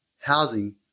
housing